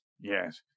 Yes